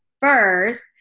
first